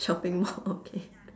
shopping mall okay